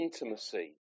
intimacy